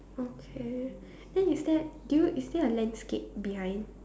okay then is there do you is there a landscape behind